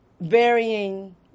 varying